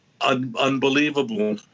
Unbelievable